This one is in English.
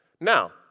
Now